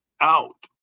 out